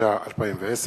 התש"ע 2010,